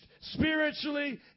spiritually